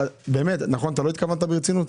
נכון שלא התכוונת ברצינות?